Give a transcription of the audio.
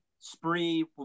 Spree